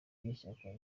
n’ishyaka